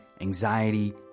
anxiety